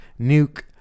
Nuke